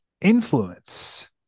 influence